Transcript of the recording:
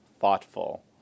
thoughtful